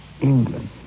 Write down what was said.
England